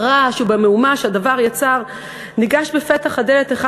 ברעש ובמהומה שהדבר יצר ניגש בפתח הדלת אחד